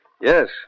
Yes